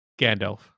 Gandalf